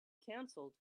canceled